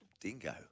Dingo